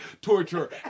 torture